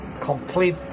complete